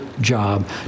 job